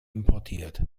importiert